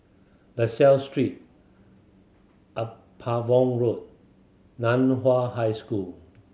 La Salle Street Upavon Road Nan Hua High School